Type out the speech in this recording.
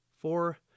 Four